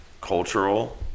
cultural